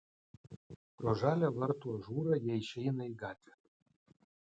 pro žalią vartų ažūrą jie išeina į gatvę